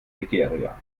nigeria